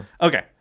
Okay